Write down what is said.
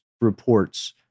reports